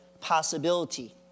possibility